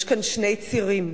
יש כאן שני צירים: